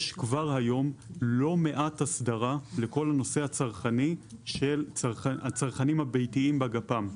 יש כבר היום לא מעט אסדרה לכל הנושא הצרכני של הצרכנים הביתיים בגפ"מ.